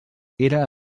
era